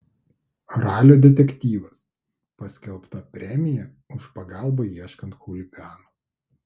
ralio detektyvas paskelbta premija už pagalbą ieškant chuliganų